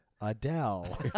Adele